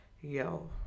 Yo